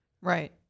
Right